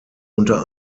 unter